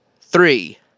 three